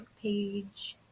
page